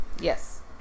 Yes